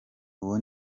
uwo